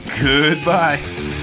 goodbye